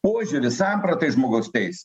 požiūris sampratą į žmogaus teis